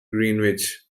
greenwich